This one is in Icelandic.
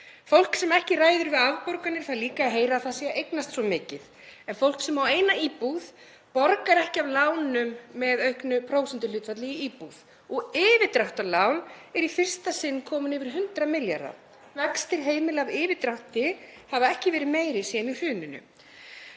Fólk sem ekki ræður við afborganir fær líka að heyra að það sé að eignast svo mikið, en fólk sem á eina íbúð borgar ekki af lánum með auknu prósentuhlutfalli í íbúð og yfirdráttarlán eru í fyrsta sinn komin yfir 100 milljarða. Vextir heimila af yfirdrætti hafa ekki verið meiri síðan í hruninu.